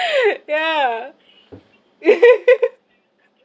yeah